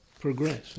progress